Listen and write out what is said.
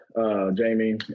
Jamie